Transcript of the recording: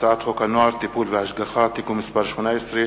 הצעת חוק הנוער (טיפול והשגחה) (תיקון מס' 18),